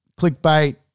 clickbait